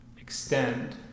extend